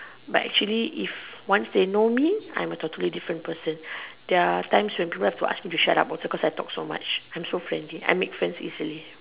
but actually if once they know me I'm a totally different person there are times when people have to ask me to shut up also cause I talk too much I'm so friendly I make friends easily